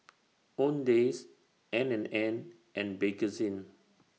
Owndays N and N and Bakerzin